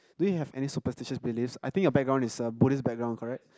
do you have any superstitious beliefs I think your background is a buddhist background correct